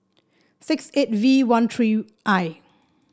six eight V one three I